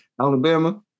Alabama